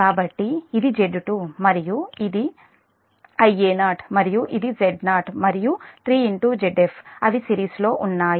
కాబట్టి ఇది Z2 మరియు ఇది మీది మరియు ఇది Ia0 మరియు ఇది Z0 మరియు 3 Zf అవి సిరీస్లో ఉన్నాయి